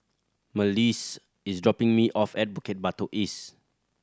Malissie is dropping me off at Bukit Batok East